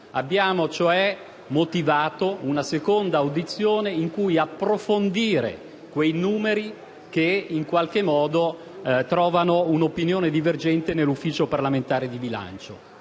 Abbiamo, cioè, motivato una seconda audizione in cui approfondire i numeri che trovano un'opinione divergente nell'Ufficio parlamentare di bilancio.